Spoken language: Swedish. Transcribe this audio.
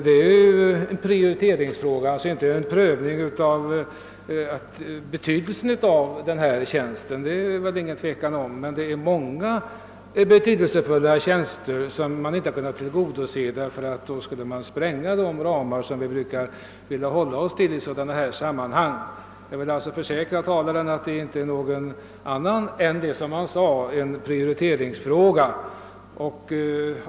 Det är en prioriteringsfråga, alltså inte en prövning av betydelsen av denna tjänst, varom det väl inte kan råda någon tvekan. Men det är krav på många betydelsefulla tjänster som man inte har kunnat tillgodose, därför att man då skulle spränga de ramar som vi brukar hålla oss till i sådana sammanhang. Jag vill alltså försäkra talaren om att det inte är något annat än en ren prioriteringsfråga.